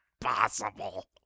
possible